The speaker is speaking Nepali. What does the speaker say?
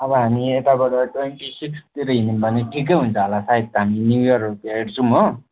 अब हामी यताबाट ट्वेन्टी सिक्सतिर हिँड्यौँ भने ठिकै हुन्छ होला सायद हामी न्यू इयरहरू भेटछौँ हो